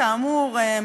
כאמור,